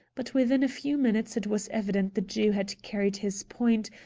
but within a few minutes it was evident the jew had carried his point,